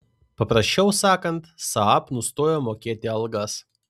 paprasčiau sakant saab nustojo mokėti algas